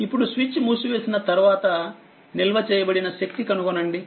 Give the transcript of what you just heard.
ఇప్పుడు స్విచ్మూసివేసిన తర్వాత నిల్వ చేయబడిన శక్తి కనుగొనండి